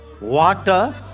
water